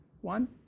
One